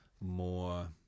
more